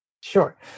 Sure